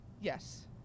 Yes